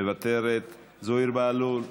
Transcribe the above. מוותרת, זוהיר בהלול,